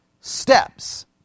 steps